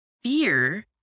fear